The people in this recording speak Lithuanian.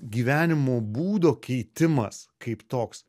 gyvenimo būdo keitimas kaip toks